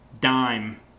dime